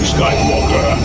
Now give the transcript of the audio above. Skywalker